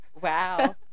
wow